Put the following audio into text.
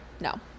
No